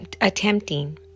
attempting